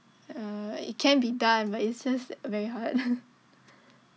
uh it can be done but it's just very hard